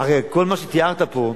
אזרח, הרי כל מה שתיארת פה,